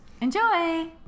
enjoy